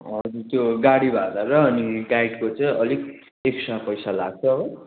हजुर त्यो गाडी भाडा र अनि गाइडको चाहिँ अलिक ऐक्स्ट्रा पैसा लाग्छ हो